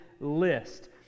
list